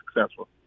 successful